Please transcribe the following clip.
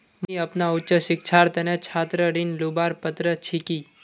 मुई अपना उच्च शिक्षार तने छात्र ऋण लुबार पत्र छि कि?